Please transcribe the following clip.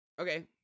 Okay